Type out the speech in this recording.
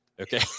Okay